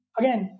again